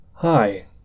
Hi